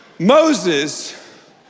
Moses